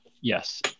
yes